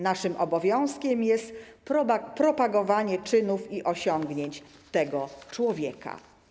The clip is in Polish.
Naszym obowiązkiem jest propagowanie czynów i osiągnięć tego człowieka.